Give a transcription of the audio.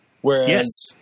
Whereas